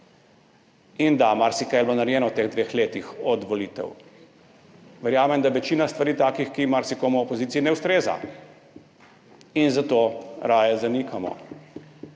In da, marsikaj je bilo narejeno v teh dveh letih od volitev. Verjamem, da je večina stvari takih, ki marsikomu v opoziciji ne ustreza, in zato raje zanikamo.